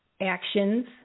actions